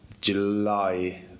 July